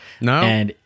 No